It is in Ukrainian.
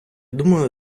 думаю